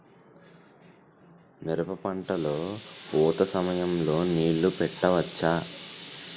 మిరప పంట లొ పూత సమయం లొ నీళ్ళు పెట్టవచ్చా?